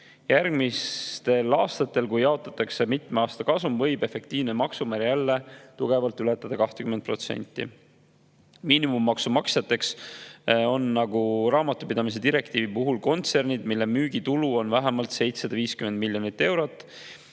Järgmistel aastatel, kui jaotatakse mitme aasta kasumit, võib efektiivne maksumäär jälle tugevalt ületada 20%. Miinimummaksu maksjateks on nagu raamatupidamise direktiivi puhul kontsernid, mille müügitulu on vähemalt 750 miljonit eurot.